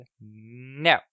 No